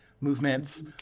movements